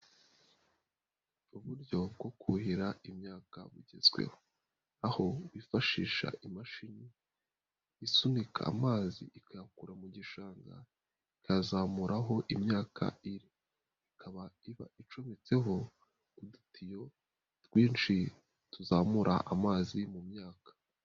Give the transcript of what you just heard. Uburyo bwo kuhira imyaka bugezweho, aho bifashisha imashini isunika amazi ikayakura mu gishanga ikazamura aho imyaka iri, ikaba iba icometseho udutiyo twinshi tuzamura amazi mu myaka.